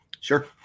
Sure